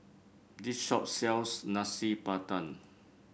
this shop sells Nasi Padang